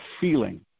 feeling